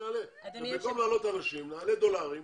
במקום להעלות אנשים, נעלה דולרים.